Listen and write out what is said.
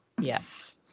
yes